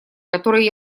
которые